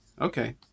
okay